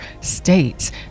states